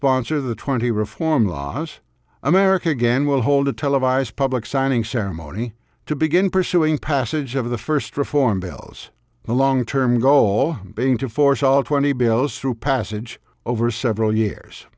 sponsor the twenty reform laws america again will hold a televised public signing ceremony to begin pursuing passage of the first reform bills the long term goal being to force all twenty below sue passage over several years